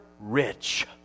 rich